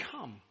come